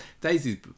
Daisy